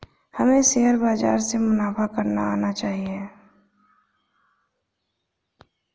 हमें शेयर बाजार से मुनाफा करना आना चाहिए